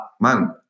man